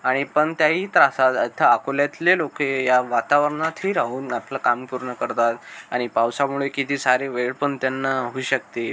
आणि पण त्याही त्रासात अथ्या अकोल्यातले लोक या वातावरणातही राहून आपलं काम पूर्ण करतात आणि पावसामुळे किती सारे वेळ पण त्यांना होऊ शकते